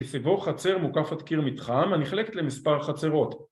‫בסיבוב חצר מוקפת קיר מתחם ‫הנחלקת למספר חצרות.